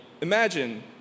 imagine